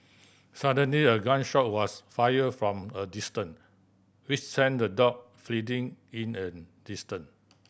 suddenly a gun shot was fire from a distance which sent the dog fleeing in an distant